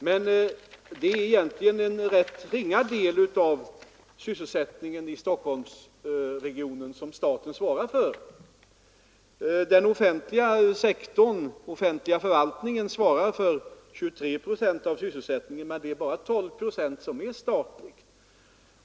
Men det är egentligen en rätt ringa del av sysselsättningen i Stockholmsregionen som staten svarar för. Den offentliga förvaltningen svarar för 23 procent av sysselsättningen, men det är bara 12 procent som är statlig.